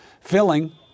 filling